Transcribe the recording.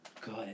good